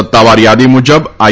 સત્તાવાર યાદી મુજબ આઈ